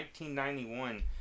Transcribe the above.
1991